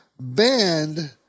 banned